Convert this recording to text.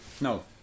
no